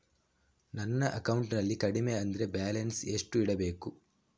ನನ್ನ ಅಕೌಂಟಿನಲ್ಲಿ ಕಡಿಮೆ ಅಂದ್ರೆ ಬ್ಯಾಲೆನ್ಸ್ ಎಷ್ಟು ಇಡಬೇಕು?